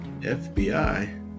FBI